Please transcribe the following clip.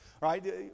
Right